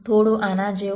થોડું આના જેવું